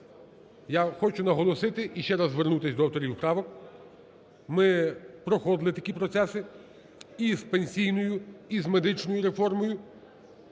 я хочу наголосити і ще раз звернутись до авторів правок, ми проходили такі процеси і з пенсійною, і з медичною реформою,